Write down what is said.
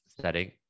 setting